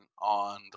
on